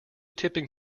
tipping